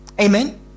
Amen